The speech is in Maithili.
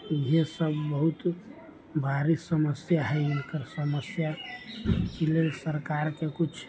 जे सब बहुत भारी समस्या है हिनकर समस्या ई लेल सरकारके किछु